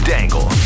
Dangle